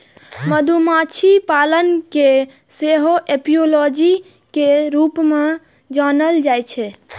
मधुमाछी पालन कें सेहो एपियोलॉजी के रूप मे जानल जाइ छै